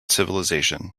civilisation